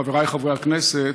חבריי חברי הכנסת,